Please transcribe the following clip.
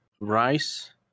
rice